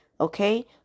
okay